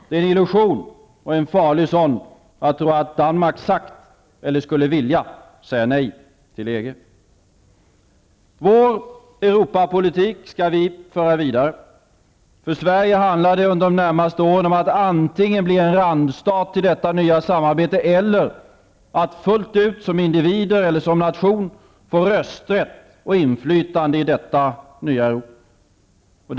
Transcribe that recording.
Det är en illusion, och en farlig sådan, att tro att Danmark sagt eller skulle vilja säga nej till EG. Vår Europapolitik kommer vi att föra vidare. För Sverige handlar det under de närmaste åren om att antingen bli en randstat till detta nya samarbete eller att fullt ut som individer eller som nation få rösträtt och inflytande i detta nya Europa.